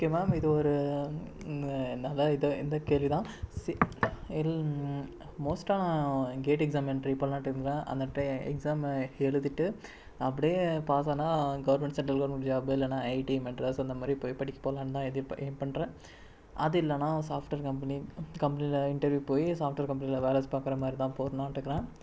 okay ma'am இது ஒரு நல்ல இது இந்த கேள்வி தான் மோஸ்ட்டாக நான் கேட் எக்ஸாம் என்ட்ரி பண்ணலான்ட்டுருக்குறேன் அந்த டி ரே எக்ஸாமை எழுதிவிட்டு அப்படியே பாஸானால் கவர்மண்ட் சென்ட்ரல் கவர்மண்ட் ஜாபு இல்லைனா ஐஐடி மெட்ராஸ் அந்த மாதிரி போய் படி போகலான்னுதான் எதிர் எயிம் பண்ணுறேன் அது இல்லைனா சாஃப்ட்டுவேர் கம்பனி கம்பனியில் இன்டர்வியூ போய் சாஃப்ட்டுவேர் கம்பனியில் வேலை பார்க்குற மாதிரிதான் போகலான்ட்டு இருக்கிறேன்